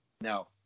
No